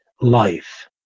life